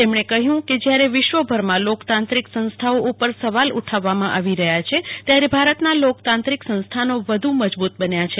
તેમણે કહયું કે વિશ્વભરમાં લોકતાંત્રિક સંસ્થાઓ ઉપર સવાલ ઉઠાવવામાં આવી રહયા છે ત્યાર ભારતના લોકતાંત્રિક સંસ્થાનો વધુ મજબુત બન્યા છે